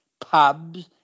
pubs